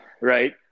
Right